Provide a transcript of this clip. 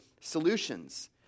solutions